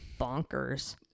Bonkers